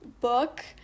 book